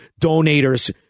donators